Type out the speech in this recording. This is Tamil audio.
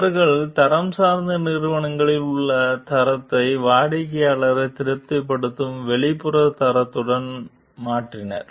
அவர்கள் தரம் சார்ந்த நிறுவனங்களின் உள் தரத்தை வாடிக்கையாளரை திருப்திப்படுத்தும் வெளிப்புற தரத்துடன் மாற்றினர்